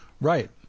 Right